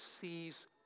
sees